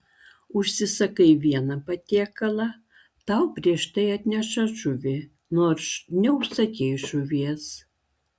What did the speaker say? užsisakai vieną patiekalą tau prieš tai atneša žuvį nors neužsakei žuvies